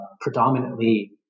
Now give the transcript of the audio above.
predominantly